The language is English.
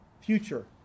future